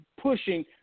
Pushing